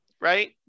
Right